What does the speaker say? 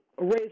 raise